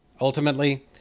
Ultimately